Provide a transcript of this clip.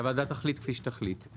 והוועדה תחליט כפי שתחליט.